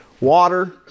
Water